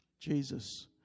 Jesus